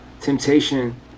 temptation